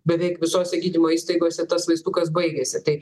beveik visose gydymo įstaigose tas vaistukas baigėsi tai